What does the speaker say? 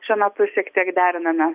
šiuo metu šiek tiek deriname